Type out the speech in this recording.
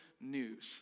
news